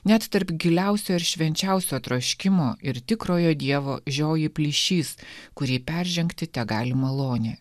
net tarp giliausio ir švenčiausio troškimo ir tikrojo dievo žioji plyšys kurį peržengti tegali malonė